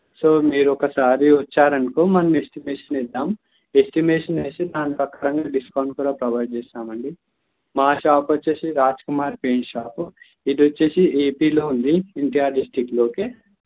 so మీరు ఒకసారి వచ్చారనుకో మన్ ఎస్టిమేషన్ ఏద్దాం ఎస్టిమేషన్ ఏసి దాని పక్కనే డిస్కౌంట్ కూడా ప్రొవైడ్ చేస్తామండి మా షాప్ వచ్చేసి రాజ్ కుమార్ పెయింట్ షాపు ఇదొచ్చేసి ఏపీలో ఉంది ఎన్టీఆర్ డిస్టిక్లోకే